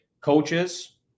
Coaches